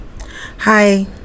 Hi